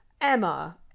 emma